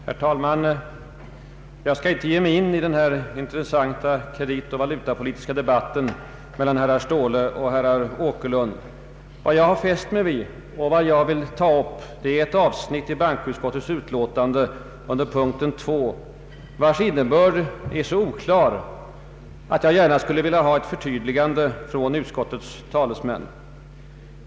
Herr talman! Jag skall inte ge mig in i den intressanta kreditoch valutapolitiska debatten mellan herr Ståhle och herr Åkerlund. Vad jag fäst mig vid och vad jag vill ta upp är ett avsnitt i bankoutskottets utlåtande under punkten 2, vars innebörd är så oklar att jag gärna skulle vilja ha ett förtydligande från utskottets talesmän.